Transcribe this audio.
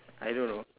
I don't know